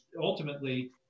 ultimately